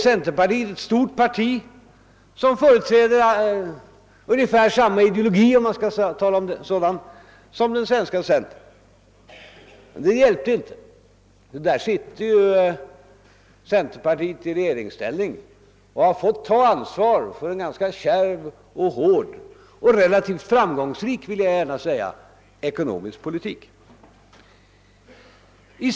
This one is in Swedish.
Centerpartiet i Finland är ett stort parti som företräder ungefär samma ideologi — om man kan tala om en sådan — som den svenska centern. Men det hjälpte inte. Där sitter ju centerpartiet i regeringsställning och har fått ta ansvar för en kärv och — det vill jag gärna framhålla — ganska framgångsrik ekonomisk politik.